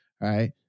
right